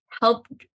help